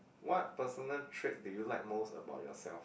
what personal trait do you like most about yourself